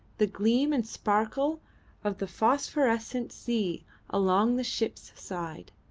the gleam and sparkle of the phosphorescent sea along the ship's side.